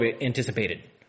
anticipated